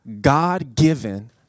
God-given